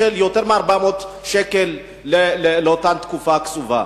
יותר מ-400 שקלים לאותה תקופה קצובה.